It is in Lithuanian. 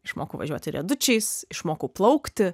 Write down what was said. išmokau važiuoti riedučiais išmokau plaukti